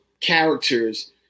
characters